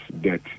debt